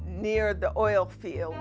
near the oil fields